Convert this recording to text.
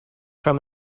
from